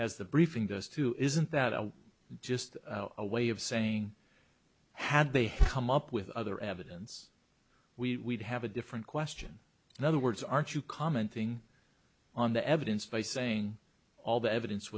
as the briefing does too isn't that a just a way of saying had they come up with other evidence we have a different question in other words aren't you commenting on the evidence by saying all the evidence